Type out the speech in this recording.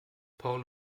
port